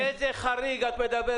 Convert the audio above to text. על איזה חריג את מדברת.